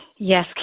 Yes